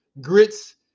Grits